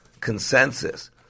consensus